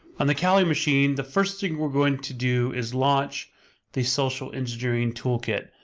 on the kali machine, the first thing we're going to do is launch the social-engineering toolkit.